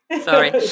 Sorry